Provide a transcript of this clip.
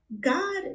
God